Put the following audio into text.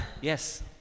Yes